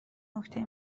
نکته